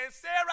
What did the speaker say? Sarah